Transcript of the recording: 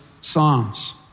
psalms